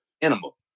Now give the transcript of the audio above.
Animal